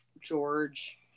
george